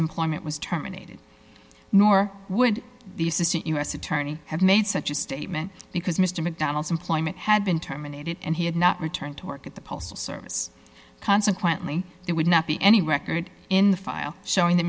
employment was terminated nor would the assistant u s attorney have made such a statement because mr macdonald's employment had been terminated and he had not returned to work at the postal service consequently it would not be any record in the file showing th